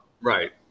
Right